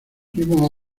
primo